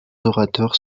orateurs